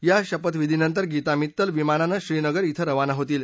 या शपथविधीनंतर गीता मित्तल विमानानं श्रीनगर इथं रवाना होतील